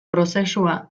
prozesua